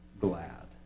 glad